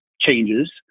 changes